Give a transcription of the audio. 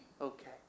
okay